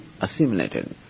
assimilated